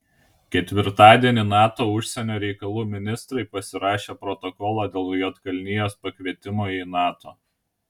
ketvirtadienį nato užsienio reikalų ministrai pasirašė protokolą dėl juodkalnijos pakvietimo į nato